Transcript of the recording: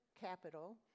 capital